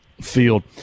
field